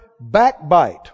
backbite